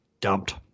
dumped